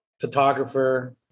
photographer